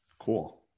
Cool